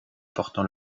portant